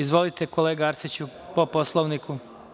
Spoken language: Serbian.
Izvolite, kolega Arsiću, po Poslovniku.